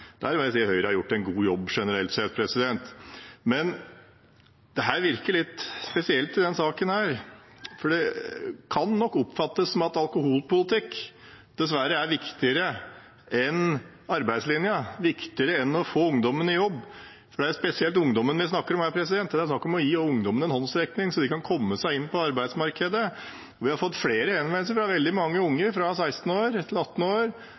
Der må jeg si at Høyre har gjort en god jobb generelt sett, men dette virker litt spesielt i denne saken, for det kan oppfattes som om alkoholpolitikk dessverre er viktigere enn arbeidslinja, viktigere enn å få ungdommen i jobb. For det er spesielt ungdommen vi snakker om her. Det er snakk om å gi ungdommen en håndsrekning så de kan komme seg inn på arbeidsmarkedet. Vi har fått flere henvendelser fra veldig mange unge mellom 16 og 18 år